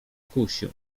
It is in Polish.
kusił